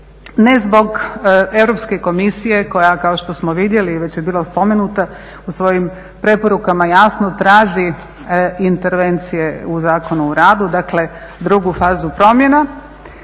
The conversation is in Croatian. Ne zbog Europske komisije koja kao što smo vidjeli i već je bilo spomenuto u svojim preporukama jasno traži intervencije u Zakonu o radu, dakle drugu fazu promjena